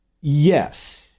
Yes